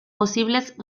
posibles